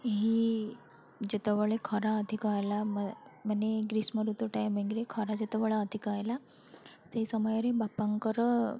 ଏହି ଯେତେବେଳେ ଖରା ଅଧିକ ହେଲା ବା ମାନେ ଗ୍ରୀଷ୍ମ ଋତୁ ଟାଇମିଂରେ ଖରା ଯେତେବେଳେ ଅଧିକ ହେଲା ସେହି ସମୟରେ ବାପାଙ୍କର